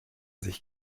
sich